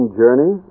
journey